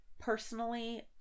personally